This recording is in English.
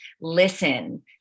listen